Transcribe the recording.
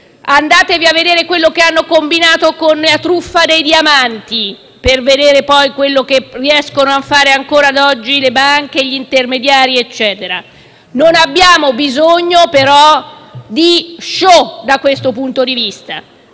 Andatevi a vedere quello che hanno combinato con la truffa dei diamanti, per capire quello che riescono a fare ancora oggi le banche e gli intermediari. Non abbiamo però bisogno di *show*, da questo punto di vista.